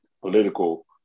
political